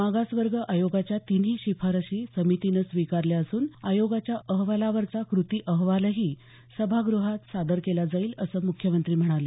मागासवर्ग आयोगाच्या तिन्ही शिफारसी समितीनं स्वीकारल्या असून आयोगाच्या अहवालावरचा कृती अहवालही सभागृहात सादर केला जाईल असं मुख्यमंत्री म्हणाले